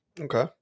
Okay